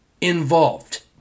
involved